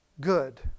good